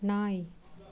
நாய்